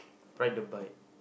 ride the bike